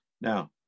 Now